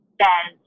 says